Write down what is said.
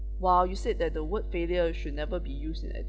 while you say that the word failure should never be used in